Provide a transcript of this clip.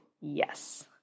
yes